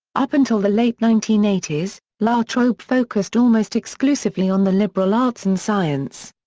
up until the late nineteen eighty s, la trobe focused almost exclusively on the liberal arts and science.